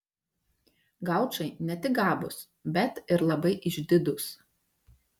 gaučai ne tik gabūs bet ir labai išdidūs